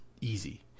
easy